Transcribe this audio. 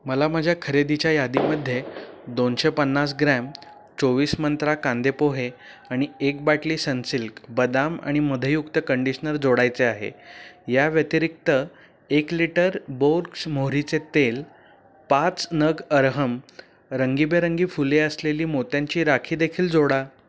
मला माझ्या खरेदीच्या यादीमध्ये दोनशे पन्नास ग्रॅम चोवीस मंत्रा कांदे पोहे आणि एक बाटली सनसिल्क बदाम आणि मधयुक्त कंडिशनर जोडायचे आहे या व्यतिरिक्त एक लिटर बोर्ग्स मोहरीचे तेल पाच नग अरहम रंगीबेरंगी फुले असलेली मोत्यांची राखीदेखील जोडा